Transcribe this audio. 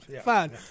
Fine